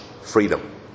freedom